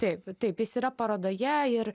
taip taip jis yra parodoje ir